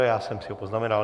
Já jsem si je poznamenal.